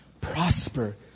prosper